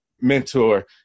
mentor